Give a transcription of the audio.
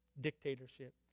dictatorship